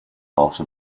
also